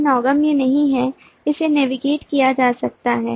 यह नौगम्य नहीं है इसे नेविगेट किया जा सकता है